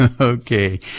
Okay